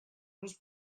douze